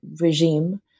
regime